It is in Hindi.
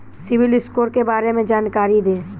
सिबिल स्कोर के बारे में जानकारी दें?